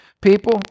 people